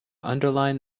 underline